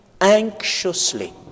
anxiously